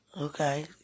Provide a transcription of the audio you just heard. Okay